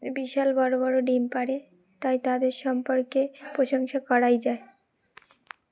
বিশাল বড় বড় ডিম পাড়ে তাই তাদের সম্পর্কে প্রশংসা করাই যায়